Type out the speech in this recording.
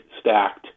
stacked